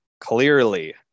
clearly